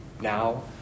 now